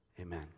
Amen